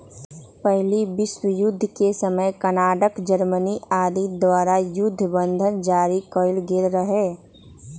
पहिल विश्वजुद्ध के समय कनाडा, जर्मनी आदि द्वारा जुद्ध बन्धन जारि कएल गेल रहै